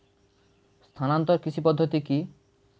স্থানান্তর কৃষি পদ্ধতি কি?